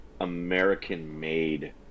American-made